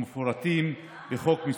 תפוג באוקטובר 2022. יחד עם זאת,